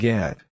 Get